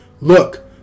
Look